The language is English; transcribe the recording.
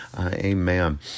amen